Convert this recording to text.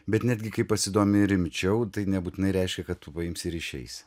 bet netgi kai pasidomi rimčiau tai nebūtinai reiškia kad va ims ir išeisi